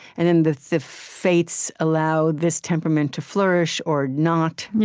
and then the the fates allow this temperament to flourish or not,